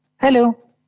Hello